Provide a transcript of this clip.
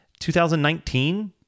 2019